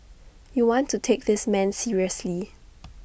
you want to take this man seriously